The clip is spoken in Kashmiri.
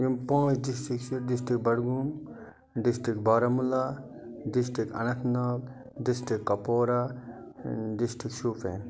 یِم پانٛژھ ڈِسٹرک چھِ district Budgam district Baramulla district Anantnag district Kupwara district Shopian